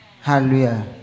Hallelujah